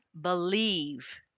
believe